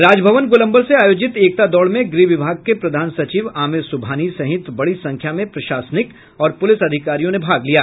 राजभवन गोलम्बर से आयोजित एकता दौड़ में गृह विभाग के प्रधान सचिव आमिर सुबहानी सहित बड़ी संख्या में प्रशासनिक और पुलिस अधिकारियों ने भाग लिया